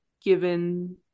given